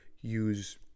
use